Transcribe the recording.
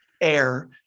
air